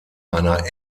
einer